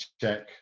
check